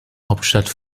hauptstadt